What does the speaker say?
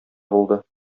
булды